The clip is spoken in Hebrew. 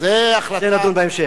זו החלטה, על זה נדון בהמשך.